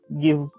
give